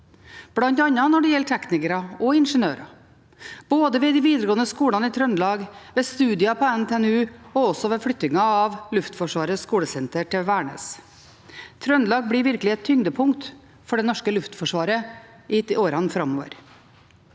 plan, bl.a. når det gjelder teknikere og ingeniører, både ved de videregående skolene i Trøndelag, ved studier på NTNU og ved flyttingen av Luftforsvarets skolesenter til Værnes. Trøndelag blir virkelig et tyngdepunkt for det norske luftforsvaret i årene framover.